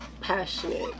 passionate